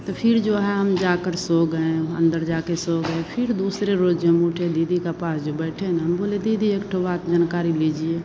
तो फिर जो है हम जाकर सो गए वह अन्दर जाकर सो गए फिर दूसरे रोज़ जो हम उठे दीदी के पास जो बैठे ना हम बोले दीदी एक ठो बात जनकारी लीजिए